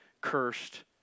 cursed